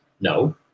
No